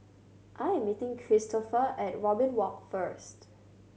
I am meeting Cristofer at Robin Walk first